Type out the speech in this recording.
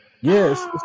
Yes